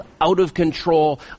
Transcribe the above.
out-of-control